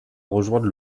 rejoindre